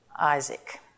Isaac